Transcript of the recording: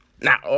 Now